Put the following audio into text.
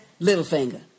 Littlefinger